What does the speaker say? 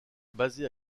basée